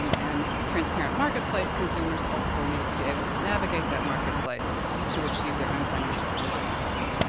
um and transparent marketplace, consumers also need to be able to navigate that marketplace to achieve their own financial and life goals.